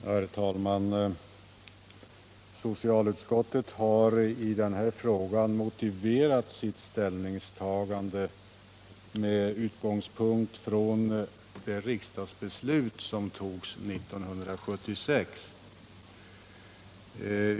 Herr talman! Socialutskottet har i denna fråga motiverat sitt ställningstagande med utgångspunkt i det riksdagsbeslut som fattades 1976.